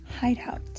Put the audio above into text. hideout